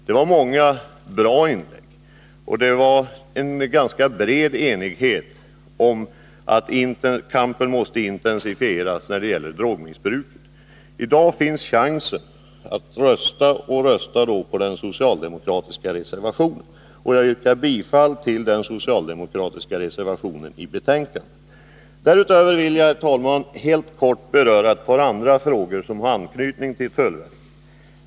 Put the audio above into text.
Det var många bra inlägg, och det rådde en ganska bred enighet om att kampen måste intensifieras när det gäller drogmissbruket. I dag finns chansen att rösta — och rösta då på den socialdemokratiska reservationen vid betänkandet! Jag yrkar bifall till denna reservation. Därutöver vill jag, herr talman, helt kort beröra ett par andra frågor som har anknytning till tullverket.